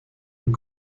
und